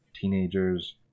teenagers